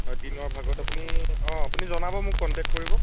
হয় দিনৰ ভাগত আপুনি অঁ আপুনি জনাব মোক কন্টেক্ট কৰিব